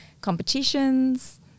competitions